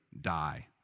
die